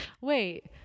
wait